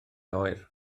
oer